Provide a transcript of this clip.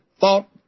thought